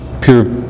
pure